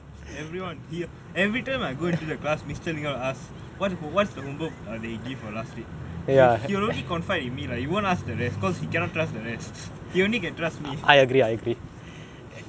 everyone hear every time I go into the class mister ling will ask what what is the homework they give for last week he he only confide in me right he won't ask the rest because he cannot trust the rest he only can trust me